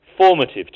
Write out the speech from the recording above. formative